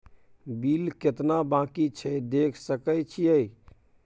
Bill केतना बाँकी छै देख सके छियै?